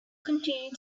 continue